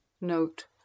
Note